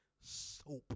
soap